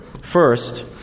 First